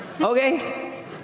okay